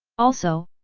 also,